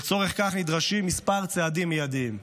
לצורך כך נדרשים מספר צעדים מיידיים: